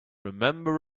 remember